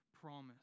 promise